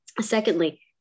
secondly